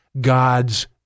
God's